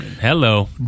Hello